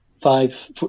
five